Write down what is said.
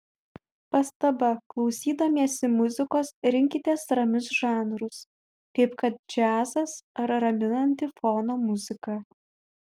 pastaba klausydamiesi muzikos rinkitės ramius žanrus kaip kad džiazas ar raminanti fono muzika